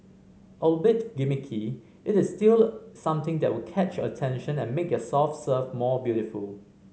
albeit gimmicky it is still something that will catch your attention and make your soft serve more beautiful